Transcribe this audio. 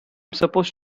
supposed